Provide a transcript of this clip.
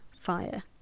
fire